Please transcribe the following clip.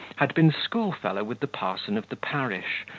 had been school-fellow with the parson of the parish,